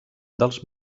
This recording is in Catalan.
dels